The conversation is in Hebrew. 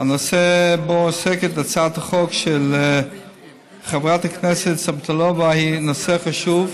הנושא שבו עוסקת הצעת החוק של סבטלובה הוא נושא חשוב.